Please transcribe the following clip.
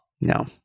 No